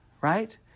right